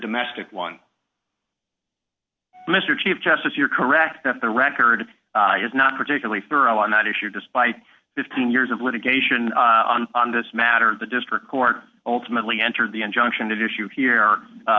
domestic one mr chief justice you are correct the record is not particularly thorough on that issue despite fifteen years of litigation on this matter the district court ultimately entered the injunction to do issue here